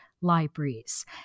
libraries